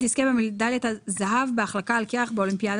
במקום "תחילתו" יבוא "ההתחלה של".